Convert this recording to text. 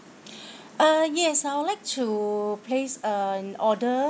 uh yes I'll like to place an order